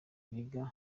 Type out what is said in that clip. biga